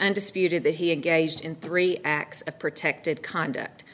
undisputed that he engaged in three acts of protected conduct